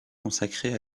consacré